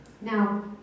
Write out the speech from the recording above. Now